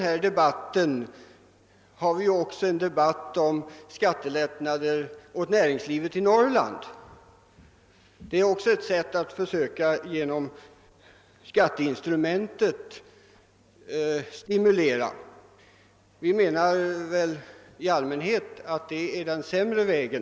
Vi för ju nu också en debatt om skattelättnader åt näringslivet i Norrland. Det innebär även ett försök att stimulera genom skatteinstrumentet. Vi socialdemokrater menar i allmänhet, att det är en sämre väg.